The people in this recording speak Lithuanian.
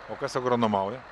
o kas agronomauja